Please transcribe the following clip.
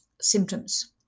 symptoms